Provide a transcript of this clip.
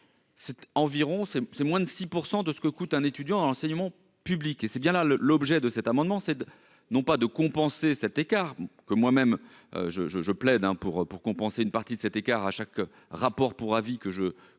c'est moins de 6 % de ce que coûte un étudiant en enseignement public et c'est bien là le l'objet de cet amendement, c'est de, non pas de compenser cet écart que moi même je je je plaide hein pour pour compenser une partie de cet écart à chaque rapport pour avis que je que je